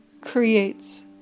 creates